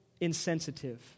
insensitive